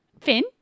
Finn